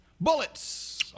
Bullets